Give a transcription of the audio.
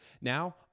Now